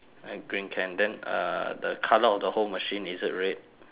a green can then uh the colour of the whole machine is it red